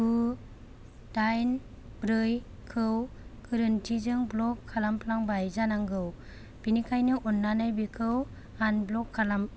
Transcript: गु दाइन ब्रैखौ गोरोन्थिजों ब्ल'क खालामफ्लांबाय जानांगौ बेनिखायनो अन्नानै बेखौ आनब्ल'क खालाम